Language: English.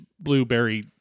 blueberry